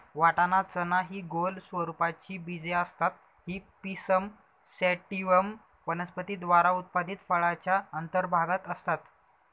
वाटाणा, चना हि गोल स्वरूपाची बीजे असतात ही पिसम सॅटिव्हम वनस्पती द्वारा उत्पादित फळाच्या अंतर्भागात असतात